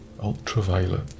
ultraviolet